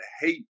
hate